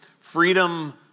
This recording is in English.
Freedom